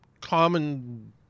common